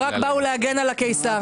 הם רק באו להגן על הקיסר.